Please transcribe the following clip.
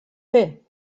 fer